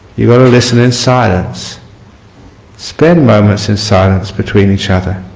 you got to listen in silence spend moments in silence between each other